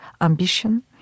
ambition